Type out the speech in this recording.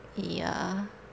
ya